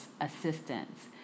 assistance